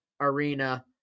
arena